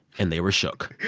and they were shook.